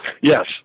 Yes